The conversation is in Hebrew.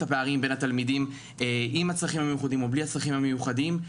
הפערים בין התלמידים עם הצרכים המיוחדים לבין בלי הצרכים המיוחדים.